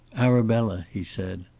arabella, he said,